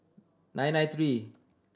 nine nine three